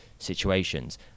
situations